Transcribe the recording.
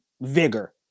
vigor